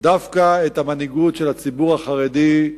את המנהיגות של הציבור החרדי,